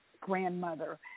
grandmother